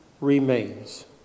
remains